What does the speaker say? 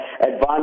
advance